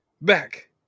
back